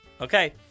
Okay